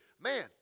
man